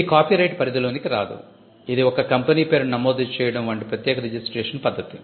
ఇది కాపీరైట్ పరిధిలోకి రాదు ఇది ఒక కంపెనీ పేరును నమోదు చేయడం వంటి ప్రత్యేక రిజిస్ట్రేషన్ పద్ధతి